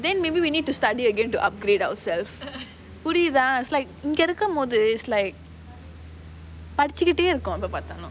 then maybe we need to study again to upgrade ourself புரியுதா:puriyuthaa it's like இங்க இருக்கும் போது:inga irukum pothu it's like படிச்சிட்டயே இருக்கோம் எப்போ பாத்தாலும்:padichitae irukom eppo paathaalum